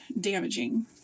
damaging